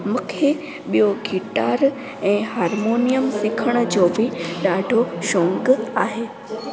मूंखे ॿियो गिटार ऐं हारमोनियम सिखण जो बि ॾाढो शौक़ु आहे